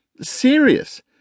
serious